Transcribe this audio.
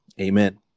Amen